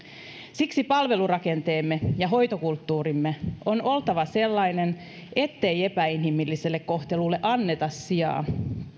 siksi palvelurakenteemme ja hoitokulttuurimme on oltava sellainen ettei epäinhimilliselle kohtelulle anneta sijaa